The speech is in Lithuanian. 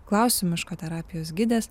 klausiu miško terapijos gidės